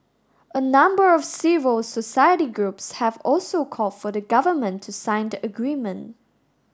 a number of civil society groups have also called for the Government to sign the agreement